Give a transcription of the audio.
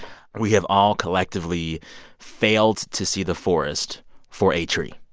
we have all collectively failed to see the forest for a tree.